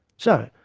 so,